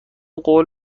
قول